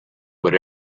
but